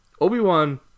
Obi-Wan